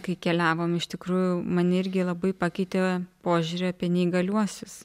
kai keliavom iš tikrųjų mane irgi labai pakeitė požiūrį apie neįgaliuosius